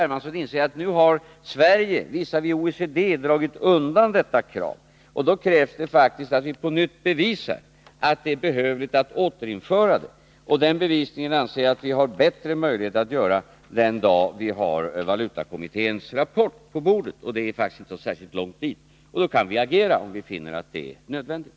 Hermansson inse — att Sverige visavi OECD nu har dragit undan detta krav, och då måste vi faktiskt bevisa att det är behövligt att återinföra det. Den bevisningen anser jag att vi har bättre möjligheter att göra när vi har valutakommitténs rapport på bordet, och det är ju faktiskt inte så långt dit. Då kan vi agera, om vi finner att det är nödvändigt.